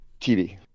TV